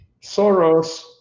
Soros